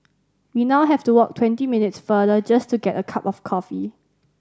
we now have to walk twenty minutes farther just to get a cup of coffee